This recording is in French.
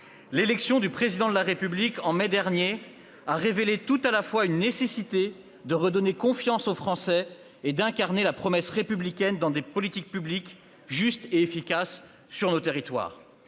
L'élection du Président de la République, en mai dernier, a révélé la nécessité tout à la fois de redonner confiance aux Français et d'incarner la promesse républicaine de politiques publiques justes et efficaces sur nos territoires.